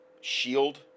shield